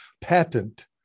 patent